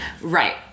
Right